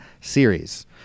series